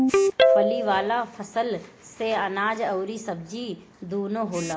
फली वाला फसल से अनाज अउरी सब्जी दूनो होला